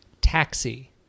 Taxi